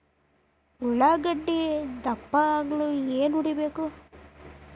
ಉಳ್ಳಾಗಡ್ಡೆ ದಪ್ಪ ಆಗಲು ಏನು ಹೊಡಿಬೇಕು?